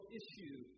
issue